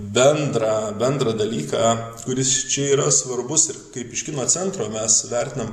bendrą bendrą dalyką kuris čia yra svarbus ir kaip iš kino centro mes vertinam